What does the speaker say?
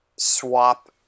swap